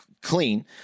Clean